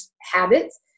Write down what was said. habits